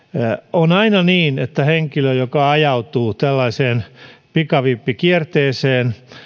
on aina niin että kun henkilö ajautuu tällaiseen pikavippikierteeseen